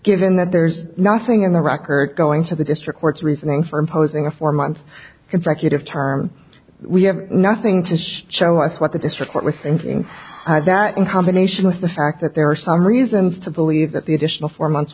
given that there's nothing in the record going to the district courts reasoning for imposing a four month consecutive term we have nothing to show us what the district court was thinking that in combination with the fact that there are some reasons to believe that the additional four months